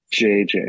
JJ